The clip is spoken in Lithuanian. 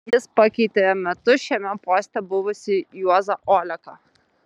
jis pakeitė metus šiame poste buvusį juozą oleką